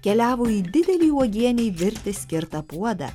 keliavo į didelį uogienei virti skirtą puodą